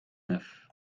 neuf